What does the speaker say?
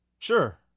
Sure